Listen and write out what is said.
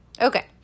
Okay